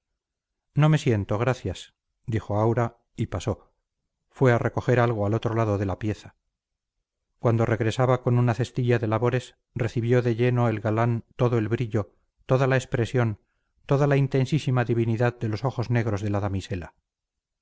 no me siento gracias dijo aura y pasó fue a recoger algo al otro lado de la pieza cuando regresaba con una cestilla de labores recibió de lleno el galán todo el brillo toda la expresión toda la intensísima divinidad de los ojos negros de la damisela